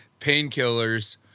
painkillers